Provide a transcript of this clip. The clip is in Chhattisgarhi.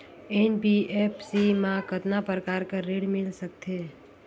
एन.बी.एफ.सी मा कतना प्रकार कर ऋण मिल सकथे?